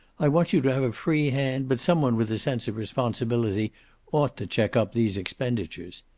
i want you to have a free hand, but some one with a sense of responsibility ought to check up these expenditures.